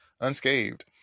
unscathed